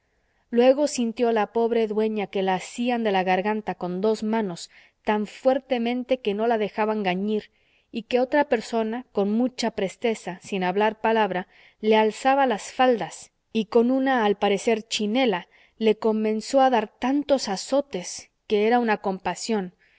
luego sintió la pobre dueña que la asían de la garganta con dos manos tan fuertemente que no la dejaban gañir y que otra persona con mucha presteza sin hablar palabra le alzaba las faldas y con una al parecer chinela le comenzó a dar tantos azotes que era una compasión